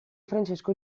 francesco